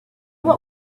what